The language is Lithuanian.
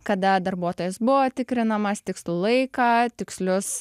kada darbuotojas buvo tikrinamas tikslų laiką tikslius